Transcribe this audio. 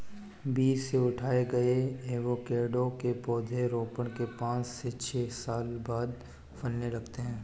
बीज से उगाए गए एवोकैडो के पौधे रोपण के पांच से छह साल बाद फलने लगते हैं